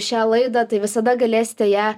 šią laidą tai visada galėsite ją